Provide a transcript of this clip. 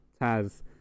Taz